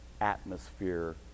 atmosphere